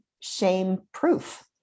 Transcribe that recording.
shame-proof